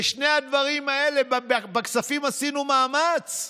לשני הדברים האלה, בכספים, עשינו מאמץ,